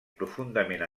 profundament